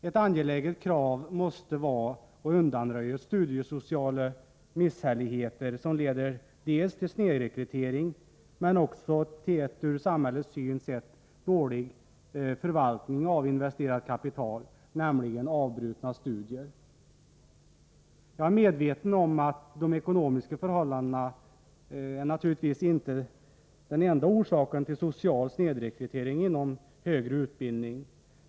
Ett angeläget krav måste vara att undanröja studiesociala misshälligheter som dels leder till snedrekrytering, dels också till en ur samhällets synpunkt dålig förvaltning av investerat kapital, nämligen avbrutna studier. Jag är medveten om att de ekonomiska förhållandena naturligtvis inte är den enda orsaken till social snedrekrytering inom högre utbildning.